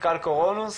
מנכ"ל קורונוס.